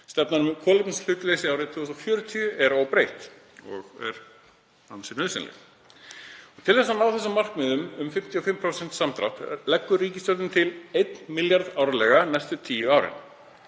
Stefnan um kolefnishlutleysi árið 2040 er óbreytt og er ansi nauðsynleg. Til þess að ná þessum markmiðum um 55% samdrátt leggur ríkisstjórnin til 1 milljarð árlega næstu tíu árin.